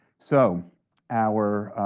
so our